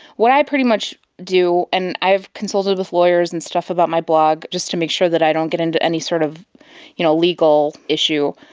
what i pretty much do, and i've consulted with lawyers and stuff about my blog just to make sure that i don't get into any sort of you know legal issue,